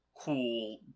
cool